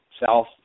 south